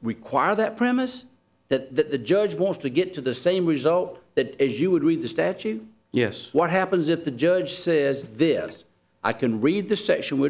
require that premise that the judge wants to get to the same result that as you would read the statute yes what happens if the judge says this i can read the section we're